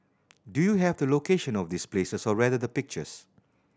do you have the location of this places or rather the pictures